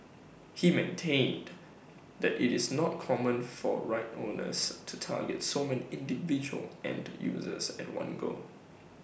he maintained that IT is not common for right owners to target so many individual end users at one go